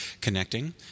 connecting